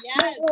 Yes